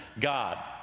God